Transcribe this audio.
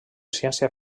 ciència